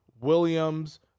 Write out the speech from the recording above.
Williams